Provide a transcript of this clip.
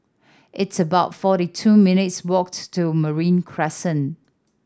it's about forty two minutes' walks to Marine Crescent